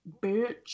bitch